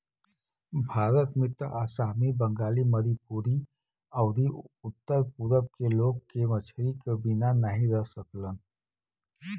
भारत में त आसामी, बंगाली, मणिपुरी अउरी उत्तर पूरब के लोग के मछरी क बिना नाही रह सकेलन